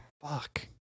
Fuck